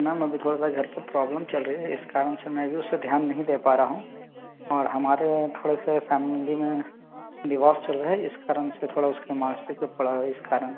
ma'am अभी थोड़ा घर पर प्रौब्लेम चल रही है इस कारण से मैं भी उस पर ध्यान नहीं दे पा रहा हूँ और हमारे थोड़े सा फैमिली में डीवोस चल रहा है इस कारण से थोड़ा उसके मस्तिष्क पर पड़ा है इस कारण